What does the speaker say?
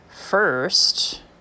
first